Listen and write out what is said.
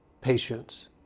patients